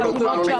תשובה.